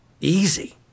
easy